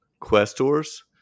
Questors